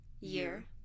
Year